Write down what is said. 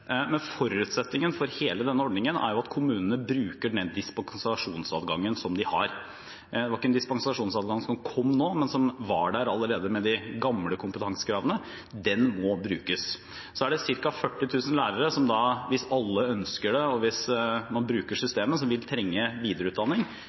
Men forutsetningen for hele denne ordningen er at kommunene bruker den dispensasjonsadgangen som de har. Det var ikke en dispensasjonsadgang som kom nå, men som var der allerede med de gamle kompetansekravene. Den må brukes. Så er det ca. 40 000 lærere som – hvis alle ønsker det, og hvis man bruker systemet – vil trenge videreutdanning.